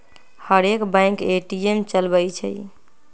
हरेक bank ATM चलबइ छइ